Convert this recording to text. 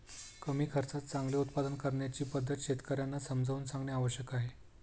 कमी खर्चात चांगले उत्पादन करण्याची पद्धत शेतकर्यांना समजावून सांगणे आवश्यक आहे